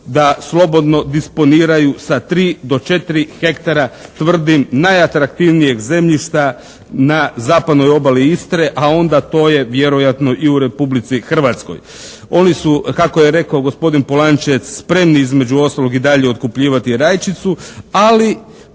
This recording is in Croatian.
da slobodno disponiraju sa 3 do 4 hektara, tvrdim najatraktivnijeg zemljišta na zapadnoj obali Istre, a onda to je vjerojatno i u Republici Hrvatskoj. Oni su, kako je rekao gospodin Polančec, spremni između ostalog i dalje otkupljivati rajčicu, ali